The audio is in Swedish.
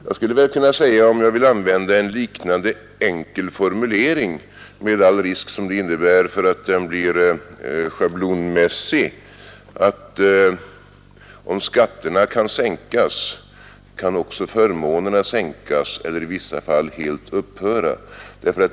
Jag skulle väl, om jag ville använda en lika enkel formulering med den risk det innebär att den blir schablonmässig, kunna säga att om skatterna kan sänkas kan också förmånerna sänkas och i vissa fall helt upphöra.